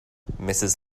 mrs